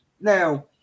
Now